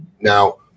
Now